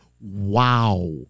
wow